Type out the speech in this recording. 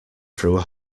through